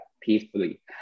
peacefully